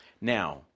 Now